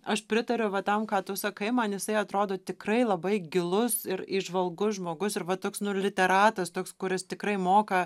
aš pritariu va tam ką tu sakai man jisai atrodo tikrai labai gilus ir įžvalgus žmogus ir va toks nu literatas toks kuris tikrai moka